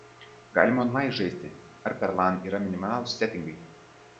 galime onlain žaisti ar per lan yra minimalūs setingai